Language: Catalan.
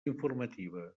informativa